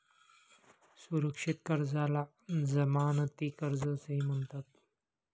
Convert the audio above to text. सुरक्षित कर्जाला जमानती कर्ज असेही म्हणतात